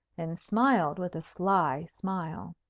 and smiled with a sly smile.